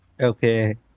Okay